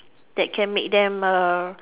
that can make them uh